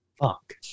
Fuck